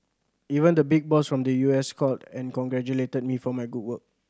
even the big boss from the U S called and congratulated me for my good work